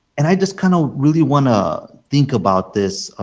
and i just kind of really want to think about this.